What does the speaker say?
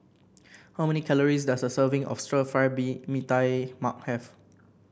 how many calories does a serving of stir fry bee Mee Tai Mak have